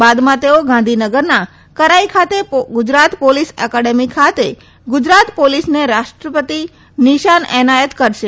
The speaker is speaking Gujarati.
બાદમાં તેઓ ગાંધીનગરના કરાઇ ખાતે ગુજરાત પોલીસ એકેડેમી ખાતે ગુજરાત પોલીસને રાષ્ટ્રપતિ નિશાન એનાયત કરશે